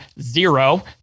zero